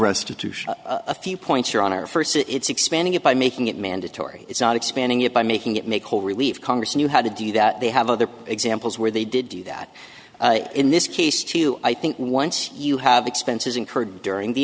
restitution a few points your honor first it's expanding it by making it mandatory it's not expanding it by making it make whole relief congress knew how to do that they have other examples where they did do that in this case too i think once you have expenses incurred during the